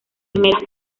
primeras